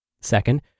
Second